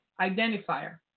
identifier